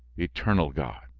eternal god,